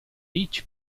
beach